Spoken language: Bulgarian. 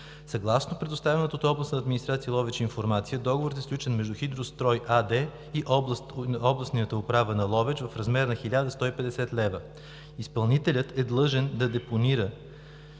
Съгласно предоставената от Областна администрация – Ловеч, информация договорът е сключен между „Хидрострой“ АД и Областната управа на Ловеч в размер на 1150 лв. Изпълнителят е длъжен да депонира